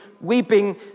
weeping